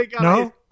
No